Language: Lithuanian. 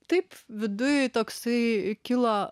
taip viduj toksai kilo